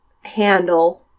handle